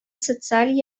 социаль